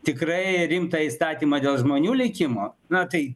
tikrai rimtą įstatymą dėl žmonių likimo na tai